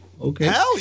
Okay